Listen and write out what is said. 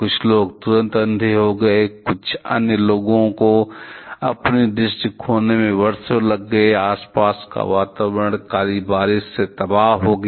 कुछ लोग तुरंत अंधे हो गए थे कुछ अन्य लोगों को अपनी दृष्टि खोने में वर्षों लग गए आसपास का वातावरण काली बारिश से तबाह हो गया